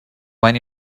when